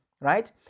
right